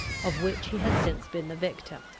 of which he has since been the victim.